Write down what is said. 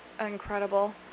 incredible